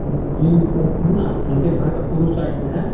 जी हैं ना उनके घर का पूरब साइड में है